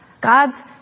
God's